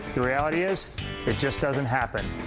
the reality is it just doesn't happen.